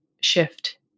shift